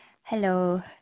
Hello